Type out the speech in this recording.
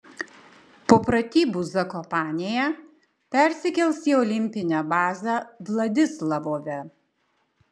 po pratybų zakopanėje persikels į olimpinę bazę vladislavove